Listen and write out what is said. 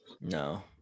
No